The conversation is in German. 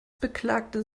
beklagte